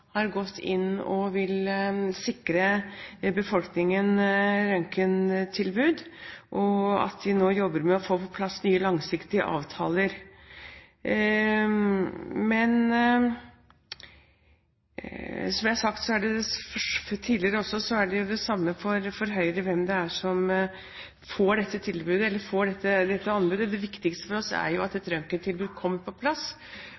har gått inn og vil sikre befolkningen et røntgentilbud, og at de nå jobber med å få på plass nye langsiktige avtaler. Men som jeg har sagt tidligere også, er det det samme for Høyre hvem det er som får dette anbudet. Det viktige for oss er at et røntgentilbud kommer på plass,